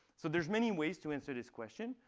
so there's many ways to answer this question.